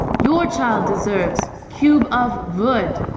your child deserves cube of wood.